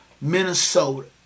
Minnesota